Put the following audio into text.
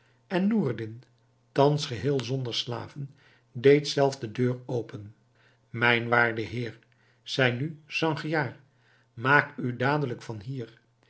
en noureddin thans geheel zonder slaven deed zelf de deur open mijn waarde heer zeide nu sangiar maak u dadelijk van hier